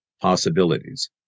possibilities